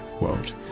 world